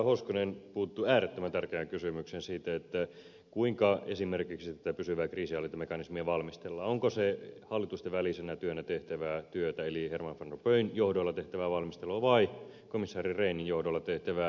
hoskonen puuttui äärettömän tärkeään kysymykseen siitä kuinka esimerkiksi tätä pysyvää kriisinhallintamekanismia valmistellaan onko se hallitustenvälisenä työnä tehtävää työtä eli herman van rompuyn johdolla tehtävää valmistelua vai komissaari rehnin johdolla tehtävää normaalia lainsäädännön valmistelua